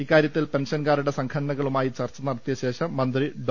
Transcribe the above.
ഇക്കാര്യത്തിൽ പെൻഷൻകാരുടെ സംഘടനകളുമായി ചർച്ച നടത്തിയ ശേഷം മന്ത്രി ഡോ